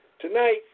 Tonight